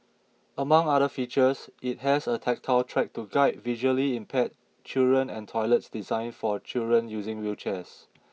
among other features it has a tactile track to guide visually impaired children and toilets designed for children using wheelchairs